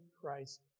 Christ